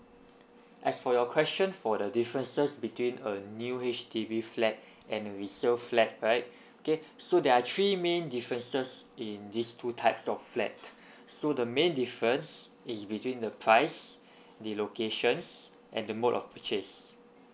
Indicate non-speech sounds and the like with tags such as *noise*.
as for your question for the differences between a new H_D_B flat and a resale flat right okay so there are three main differences in these two types of flat *breath* so the main difference is between the price the locations and the mode of purchase